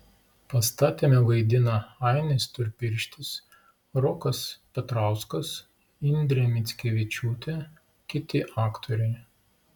pastatyme vaidina ainis storpirštis rokas petrauskas indrė mickevičiūtė kiti aktoriai